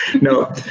no